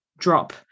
drop